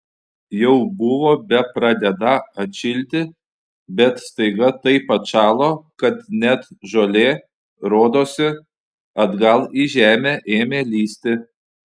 jau buvo bepradedą atšilti bet staiga taip atšalo kad net žolė rodosi atgal į žemę ėmė lįsti